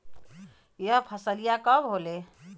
यह फसलिया कब होले?